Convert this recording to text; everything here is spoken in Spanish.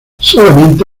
solamente